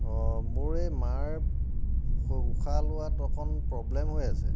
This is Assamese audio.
অঁ মোৰ এই মাৰ উশাহ লোৱাত অকমাণ প্ৰব্লেম হৈ আছে